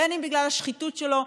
אם בגלל השחיתות שלו,